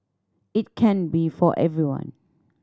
it can be for everyone